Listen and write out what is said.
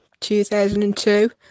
2002